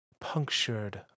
punctured